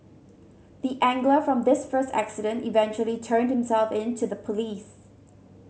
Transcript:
the angler from this first accident eventually turned himself in to the police